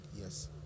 Yes